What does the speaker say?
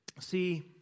See